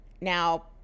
Now